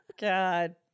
God